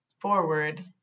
forward